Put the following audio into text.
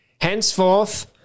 Henceforth